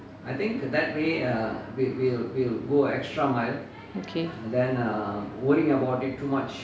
okay